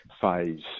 phase